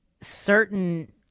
certain